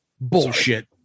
Bullshit